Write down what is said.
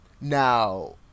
Now